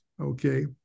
okay